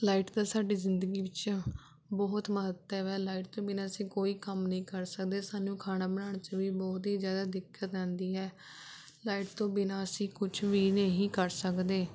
light ਦਾ ਸਾਡੀ ਜ਼ਿੰਦਗੀ ਵਿੱਚ ਬਹੁਤ ਮਹੱਤਵ ਹੈ ਲਾਈਟ ਤੋਂ ਬਿਨਾਂ ਅਸੀਂ ਕੋਈ ਕੰਮ ਨਹੀਂ ਕਰ ਸਕਦੇ ਸਾਨੂੰ ਖਾਣਾ ਬਣਾਉਣ ਵਿੱਚ ਵੀ ਬਹੁਤ ਹੀ ਜ਼ਿਆਦਾ ਦਿੱਕਤ ਆਉਂਦੀ ਹੈ ਲਾਈਟ ਤੋਂ ਬਿਨਾਂ ਅਸੀਂ ਕੁਛ ਵੀ ਨਹੀਂ ਕਰ ਸਕਦੇ